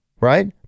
right